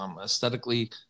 aesthetically